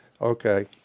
okay